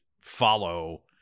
follow